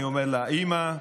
אני אומר לה: אימא,